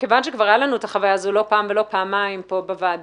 כיוון שכבר הייתה לנו החוויה הזו לא פעם ולא פעמיים כאן בוועדה,